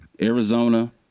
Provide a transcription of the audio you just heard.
Arizona